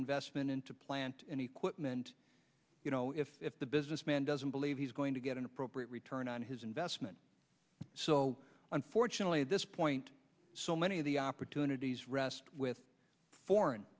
investment into plant and equipment you know if the businessman doesn't believe he's going to get an appropriate return on his investment so unfortunately at this point so many of the opportunities rest with foreign